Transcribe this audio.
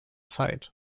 side